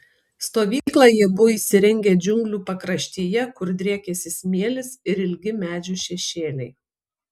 stovyklą jie buvo įsirengę džiunglių pakraštyje kur driekėsi smėlis ir ilgi medžių šešėliai